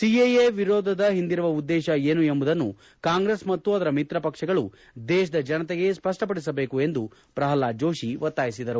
CAA ವಿರೋಧದ ಹಿಂದಿರುವ ಉದ್ದೇಶ ಏನು ಎಂಬುದನ್ನು ಕಾಂಗ್ರೆಸ್ ಮತ್ತು ಅದರ ಮಿತ್ರ ಪಕ್ಷಗಳು ದೇಶದ ಜನತೆಗೆ ಸಪ್ಪಪಡಿಸಬೇಕು ಎಂದು ಪ್ರಲ್ವಾದ್ ಜೋಶಿ ಒತ್ತಾಯಿಸಿದರು